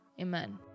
amen